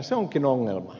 se onkin ongelma